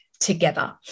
together